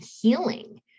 healing